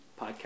Podcast